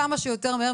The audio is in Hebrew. כמה שיותר מהר.